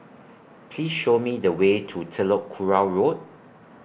Please Show Me The Way to Telok Kurau Road